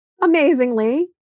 amazingly